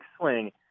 swing